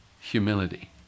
Humility